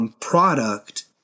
product